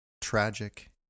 tragic